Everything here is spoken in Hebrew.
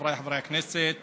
חבריי חברי הכנסת,